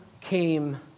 came